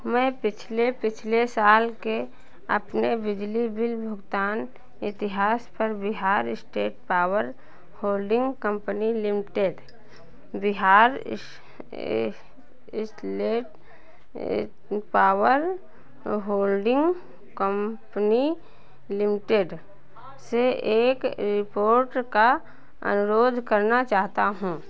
मैं पिछले पिछले साल के अपने बिजली बिल भुगतान इतिहास पर Bihar state power holding company limited Bihar state power holding company limited से एक रिपोर्ट का अनुरोध करना चाहता हूँ